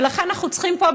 ולכן אנחנו צריכים פה,